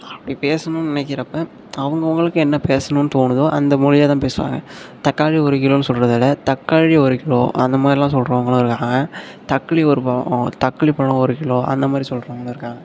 அப்படி பேசணும்னு நினைக்கிறப்போ அவுங்கவங்களுக்கு என்ன பேசணும்னு தோணுதோ அந்த மொழியில் தான் பேசுவாங்க தக்காளி ஒரு கிலோன்னு சொல்கிறத விட தக்காழி ஒரு கிலோ அந்தமாதிரிலாம் சொல்கிறவங்களும் இருக்காங்க தக்கிளி ஒரு பழம் தக்கிளி பழம் ஒரு கிலோ அந்தமாதிரி சொல்கிறவங்களும் இருக்காங்க